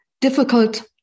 difficult